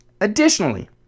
Additionally